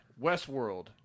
Westworld